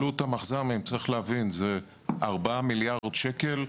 עלות המכז"מים היא 4 מיליארד שקלים.